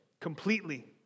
completely